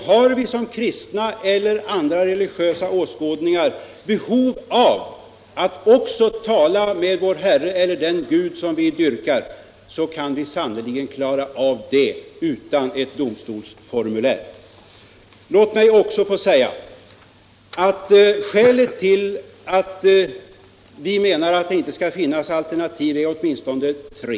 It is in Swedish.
Har vi som kristna eller anhängare av andra religiösa åskådningar behov av att tala med vår Herre eller den Gud som vi dyrkar, kan vi sannerligen klara av det utan ett domstolsformulär. Låt mig också få säga att orsakerna till att vi menar att det inte skall finnas alternativ är åtminstone tre.